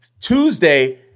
Tuesday